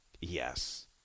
Yes